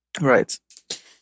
Right